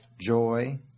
joy